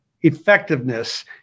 effectiveness